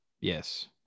yes